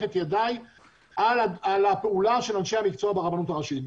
את ידי על הפעולה של אנשי המקצוע ברבנות הראשית.